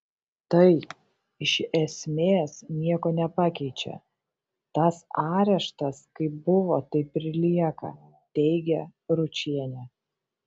tai iš esmės nieko nepakeičia tas areštas kaip buvo taip ir lieka teigia ručienė